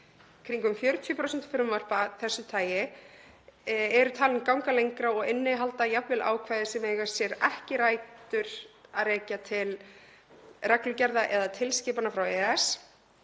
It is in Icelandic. Um 40% frumvarpa af þessu tagi eru talin ganga lengra og innihalda jafnvel ákvæði sem eiga ekki rætur að rekja til reglugerða eða tilskipana frá EES.